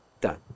done